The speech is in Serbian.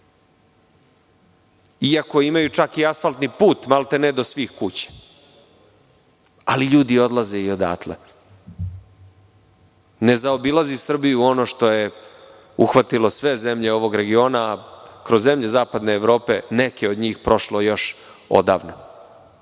iako imaju čak i asfaltni put malte-ne do svih kuća, ali ljudi odlaze i odatle. Ne zaobilazi Srbiju ono što je uhvatilo sve zemlje ovog regiona, a kroz zemlje zapadne Evrope neke od njih prošlo još odavno